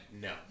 No